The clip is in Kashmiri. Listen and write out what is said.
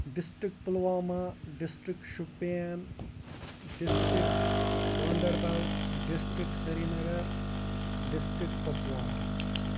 district Pulwama district Shopian district Ganderbal district Srinagar district Kupwara